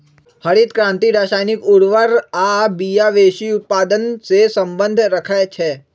हरित क्रांति रसायनिक उर्वर आ बिया वेशी उत्पादन से सम्बन्ध रखै छै